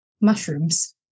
mushrooms